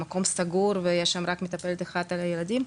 המקום סגור ויש שם רק מטפלת אחת על הילדים,